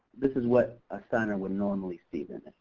this is what a signer would normally see then,